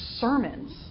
sermons